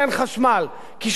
כישלון טוטלי.